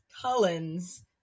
Cullens